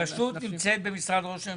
הרשות נמצאת במשרד ראש הממשלה?